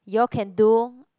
you all can do